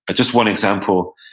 just one example.